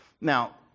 now